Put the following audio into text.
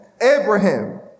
Abraham